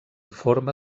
forma